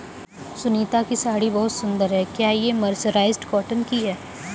सुनीता की साड़ी बहुत सुंदर है, क्या ये मर्सराइज्ड कॉटन की है?